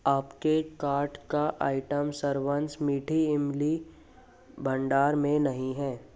आपके कार्ट का आइटम सरवनस मीठी इमली भंडार में नहीं है